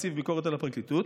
נציב הביקורת על הפרקליטות.